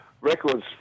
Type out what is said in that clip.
records